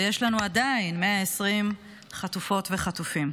ועדיין יש לנו 120 חטופות וחטופים.